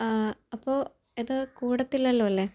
ആ അപ്പോൾ ഇത് കൂടില്ലല്ലോ അല്ലെ